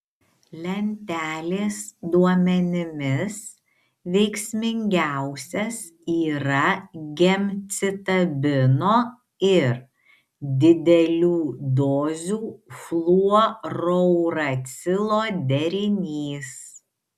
lentelės duomenimis veiksmingiausias yra gemcitabino ir didelių dozių fluorouracilo derinys